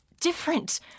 different